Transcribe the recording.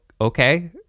okay